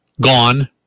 gone